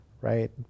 right